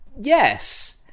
Yes